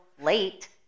late